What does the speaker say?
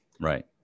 Right